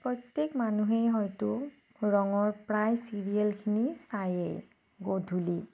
প্ৰত্যেক মানুহেই হয়তো ৰঙৰ প্ৰায় চিৰিয়েলখিনি চাইয়ে গধূলি